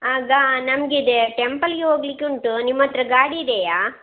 ಆಗ ನಮಗಿದೆ ಟೆಂಪಲ್ಗೆ ಹೋಗ್ಲಿಕ್ಕೆ ಉಂಟು ನಿಮ್ಮಹತ್ರ ಗಾಡಿ ಇದೆಯಾ